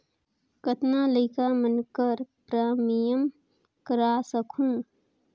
कतना लइका मन कर बीमा प्रीमियम करा सकहुं?